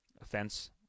offense